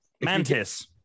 Mantis